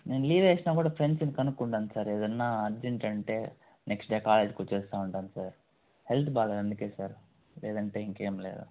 నేను లీవేసినా కూడా ఫ్రెండ్స్ని కనుక్కుంటాను సార్ ఏదైనా అర్జంటంటే నెక్స్ట్ డే కాలేజ్కి వచ్చేస్తా ఉంటాను సార్ హెల్త్ బాగాలేదు అందుకే సార్ లేదంటే ఇంకేమి లేదు